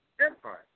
empire